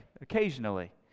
occasionally